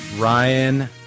Ryan